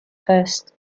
first